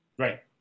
Right